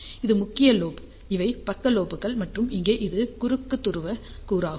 இது முக்கிய லோப் இவை பக்க லோப்கள் மற்றும் இங்கே இது குறுக்கு துருவ கூறு ஆகும்